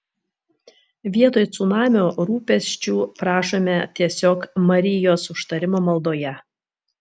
vietoj cunamio rūpesčių prašome tiesiog marijos užtarimo maldoje